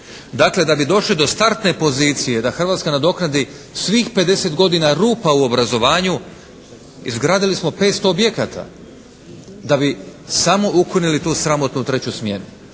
Dakle da bi došli do startne pozicije da Hrvatska nadoknadi svih 50 godina rupa u obrazovanju izgradili smo 500 objekata da bi samo ukinuli tu sramotnu treću smjenu.